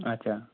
اچھا